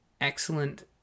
excellent